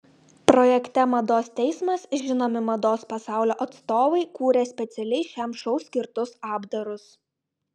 projekte mados teismas žinomi mados pasaulio atstovai kūrė specialiai šiam šou skirtus apdarus